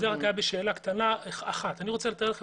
להגיד את